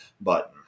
button